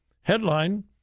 headline